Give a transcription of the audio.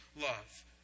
love